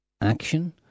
action